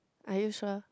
are you sure